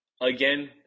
Again